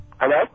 Hello